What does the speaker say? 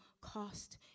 cost